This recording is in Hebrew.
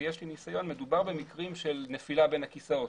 ויש לי ניסיון מדובר במקרים של נפילה בית הכיסאות.